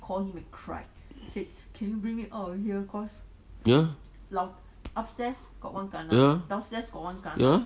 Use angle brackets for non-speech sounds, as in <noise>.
<breath> ya ya ya